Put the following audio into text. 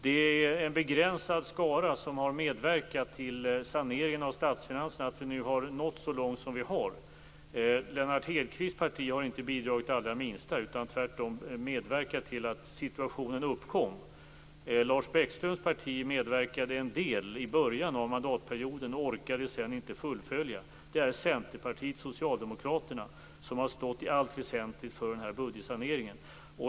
Det är en begränsad skara som medverkat till att vi nått så långt med saneringen av statsfinanserna. Lennart Hedquists parti har inte bidragit det allra minsta utan tvärtom medverkat till att behovet av sanering uppkom. Lars Bäckströms parti medverkade till en del av saneringen i början av mandatperioden men orkade sedan inte fullfölja. Det är Centerpartiet och Socialdemokraterna som i allt väsentligt stått för budgetsaneringen.